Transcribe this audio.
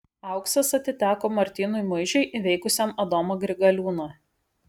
auksas atiteko martynui muižiui įveikusiam adomą grigaliūną